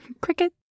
Cricket